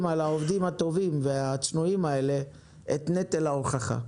על העובדים הטובים והצנועים האלה את נטל ההוכחה.